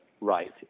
right